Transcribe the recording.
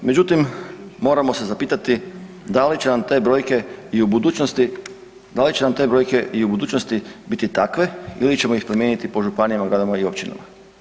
Međutim, moramo se zapitati da li će nam te brojke i u budućnosti, da li će nam te brojke i u budućnosti biti takve ili ćemo ih promijeniti po županijama, gradovima i općinama.